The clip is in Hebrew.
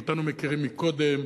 אותנו מכירים מקודם,